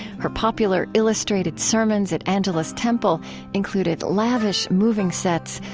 her popular illustrated sermons at angelus temple included lavish moving sets,